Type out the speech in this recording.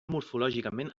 morfològicament